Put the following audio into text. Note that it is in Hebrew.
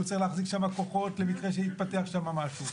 הוא צריך להחזיק שם כוחות למקרה שיתפתח שם משהו.